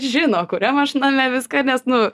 žino kuriam aš name viską nes nu